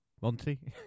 Monty